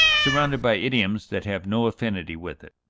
surrounded by idioms that have no affinity with it.